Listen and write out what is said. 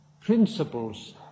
principles